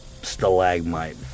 stalagmite